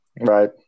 Right